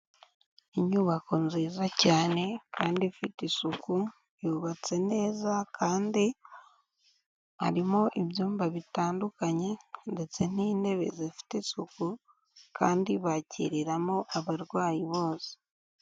Inyubako nziza cyane kandi ifite isuku, yubatse neza kandi harimo ibyumba bitandukanye ndetse n'intebe zifite isuku kandi bakiriramo abarwayi bose.